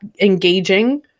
engaging